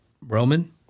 Roman